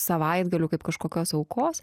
savaitgalių kaip kažkokios aukos